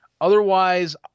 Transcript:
Otherwise